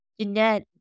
Jeanette